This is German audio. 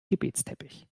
gebetsteppich